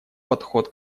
подход